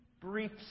brief